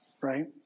right